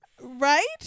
Right